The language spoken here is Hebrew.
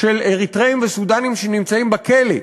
של אריתריאים וסודאנים שנמצאים בכלא,